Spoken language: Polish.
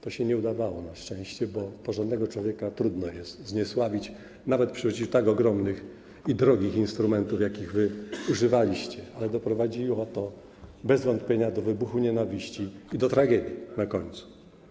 To się nie udawało na szczęście, bo porządnego człowieka trudno jest zniesławić, nawet przy użyciu tak ogromnych i drogich instrumentów, jakich wy używaliście, ale doprowadziło to bez wątpienia do wybuchu nienawiści i do tragedii na końcu.